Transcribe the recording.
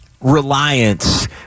reliance